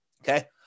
Okay